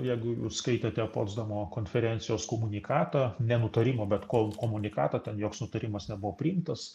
jeigu jūs skaitėte potsdamo konferencijos komunikatą ne nutarimo bet ko komunikatą ten joks nutarimas nebuvo priimtas